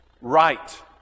right